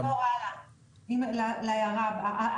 אעבור להערה הבאה.